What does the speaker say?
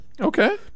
Okay